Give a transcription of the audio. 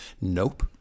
nope